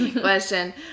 question